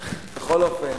בכל אופן,